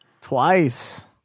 twice